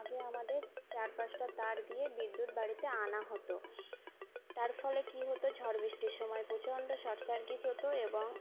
আগে আমাদের চার পাঁচটা তার দিয়ে বিদ্যুৎ বাড়িতে আনা হতো তার ফলে কি হতো ঝড় বৃষ্টির সময় প্রচণ্ড শর্ট সার্কিট হতো এবং